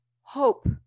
hope